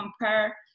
compare